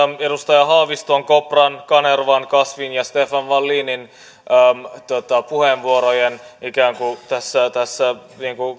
edustaja haaviston kopran kanervan kasvin ja stefan wallinin puheenvuoroista ikään kuin tässä